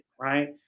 right